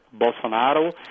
Bolsonaro